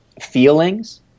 feelings